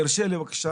תרשה לי בבקשה,